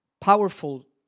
powerful